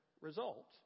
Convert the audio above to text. result